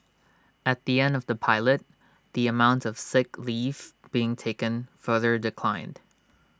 at the end of the pilot the amount of sick leave being taken further declined